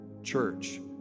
Church